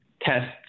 test